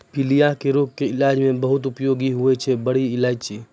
पीलिया के रोग के इलाज मॅ बहुत उपयोगी होय छै बड़ी इलायची